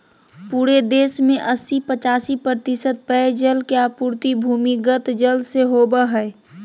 पूरे देश में अस्सी पचासी प्रतिशत पेयजल के आपूर्ति भूमिगत जल से होबय हइ